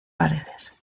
paredes